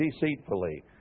deceitfully